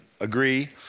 agree